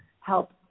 help